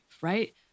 right